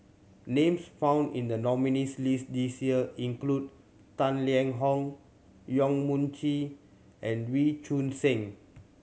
names found in the nominees' list this year include Tang Liang Hong Yong Mun Chee and Wee Choon Seng